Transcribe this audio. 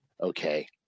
okay